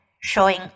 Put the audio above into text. showing